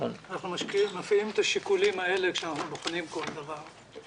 אנחנו מפעילים את השיקולים האלה כשאנחנו בוחנים כל דבר.